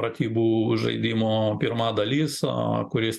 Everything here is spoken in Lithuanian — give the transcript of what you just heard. pratybų žaidimo pirma dalis a kuriais